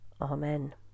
amen